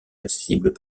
accessibles